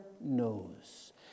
knows